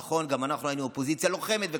נכון, גם אנחנו היינו אופוזיציה לוחמת וקשה,